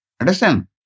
Understand